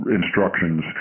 instructions